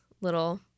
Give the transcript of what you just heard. little